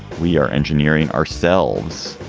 we are engineering ourselves,